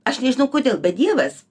aš nežinau kodėl bet dievas